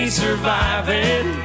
surviving